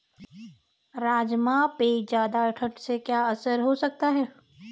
राजमा पे ज़्यादा ठण्ड से क्या असर हो सकता है?